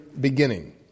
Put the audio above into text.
beginning